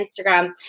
Instagram